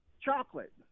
chocolate